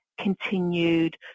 continued